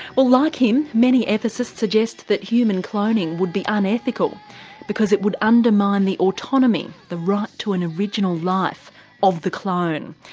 well like him many ethicists suggest that human cloning would be unethical because it would undermine the autonomy the right to an original life of the clone.